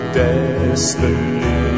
destiny